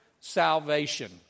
salvation